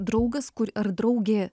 draugas ar draugė